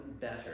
better